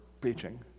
preaching